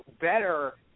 better